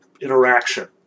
interaction